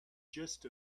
just